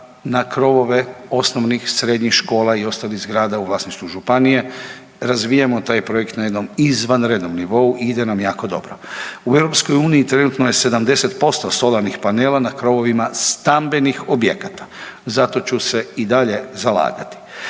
na krovove osnovnih, srednjih škola i ostalih zgrada u vlasništvu županije, razvijamo taj projekt na jednom izvanrednom nivou i ide nam jako dobro. U EU trenutno je 70% solarnih panela na krovovima stambenih objekata, zato ću se i dalje zalagati.